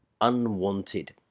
unwanted